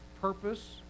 purpose